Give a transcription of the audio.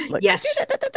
yes